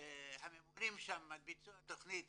הממונים על ביצוע התכנית